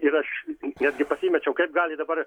ir aš netgi pasimečiau kaip gali dabar